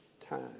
time